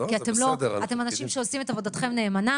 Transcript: כי אתם אנשים שעושים את עבודתכם נאמנה